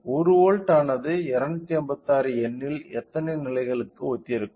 1 volt ஆனது 256 எண்ணில் எத்தனை நிலைகளுக்கு ஒத்திருக்கும்